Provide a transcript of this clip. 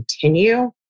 continue